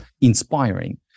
inspiring